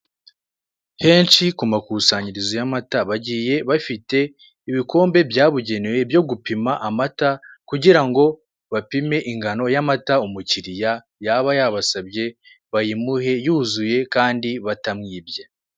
Henshi ku makusanyirizo y'amata bagiye bafite ibikombe byabugenewe byo gupima amata, kugira ngo bapime ingano y'amata umukiriya yaba yabasabye, bayimuhe yuzuye kandi batamwibye.